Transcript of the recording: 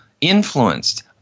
influenced